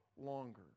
longer